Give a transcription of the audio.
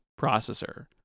processor